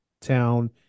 town